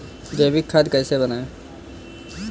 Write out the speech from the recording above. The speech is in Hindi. जैविक खाद कैसे बनाएँ?